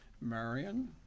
Marion